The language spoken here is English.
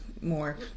more